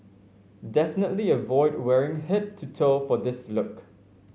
definitely avoid wearing head to toe for this look